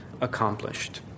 accomplished